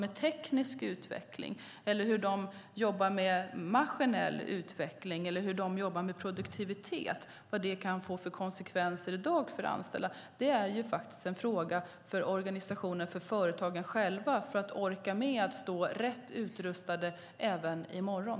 Det gäller också hur de jobbar med teknisk utveckling, hur de jobbar med maskinell utveckling eller hur de jobbar med produktivitet. Och det gäller vad det kan få för konsekvenser i dag för anställda. Det är, som sagt, en fråga för företagen själva. Det handlar om att de ska orka med att stå rätt utrustade även i morgon.